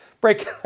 Break